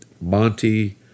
Monty